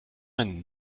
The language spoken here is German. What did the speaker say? ein